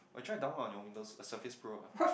I try download on your Windows surface pro ah